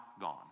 gone